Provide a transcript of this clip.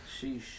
Sheesh